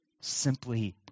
simply